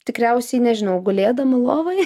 tikriausiai nežinau gulėdama lovoj